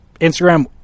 Instagram